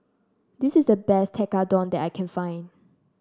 this is the best Tekkadon that I can find